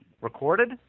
Recorded